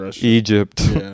Egypt